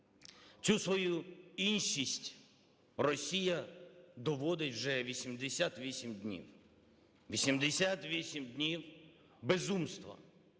Цю свою іншість Росія доводить вже 88 днів. 88 днів безумства: